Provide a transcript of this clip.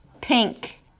Pink